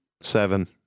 Seven